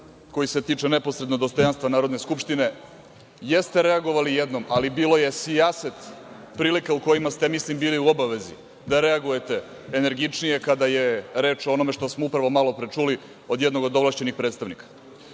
koji se tiče neposredno dostojanstva Narodne skupštine, jeste reagovali jednom, ali bilo je sijaset prilika u kojima ste, ja mislim bili u obavezi da reagujete energičnije kada je reč o onome što smo upravo malopre čuli od jednog od ovlašćenog predstavnika.